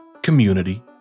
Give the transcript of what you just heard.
community